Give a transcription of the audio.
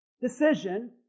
decision